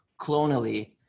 clonally